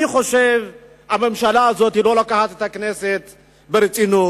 אני חושב שהממשלה הזאת לא לוקחת את הכנסת ברצינות.